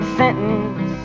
sentence